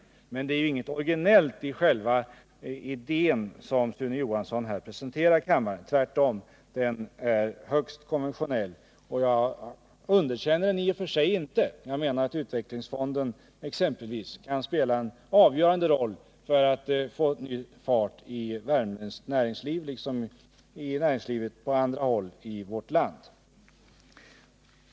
Men det är inget originellt i själva idén som Sune Johansson här presenterar kammaren. Tvärtom är den högst konventionell. Jag underkänner den i och för sig inte, eftersom jag menar att exempelvis utvecklingsfonden kan spela en avgörande roll för att få ny fart i värmländskt näringsliv liksom i näringslivet på andra håll i vårt land.